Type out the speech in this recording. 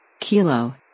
Kilo